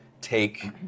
take